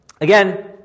Again